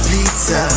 Pizza